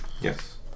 yes